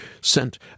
sent